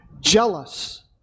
Jealous